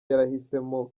yarahisemo